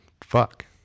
Fuck